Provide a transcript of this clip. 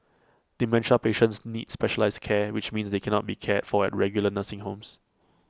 dementia patients need specialised care which means they cannot be cared for at regular nursing homes